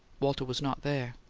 walter was not there.